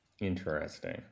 Interesting